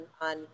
on